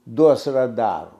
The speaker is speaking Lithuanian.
duos radarų